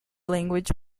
language